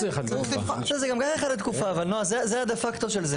נעה, זה הדה פקטו של זה.